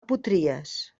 potries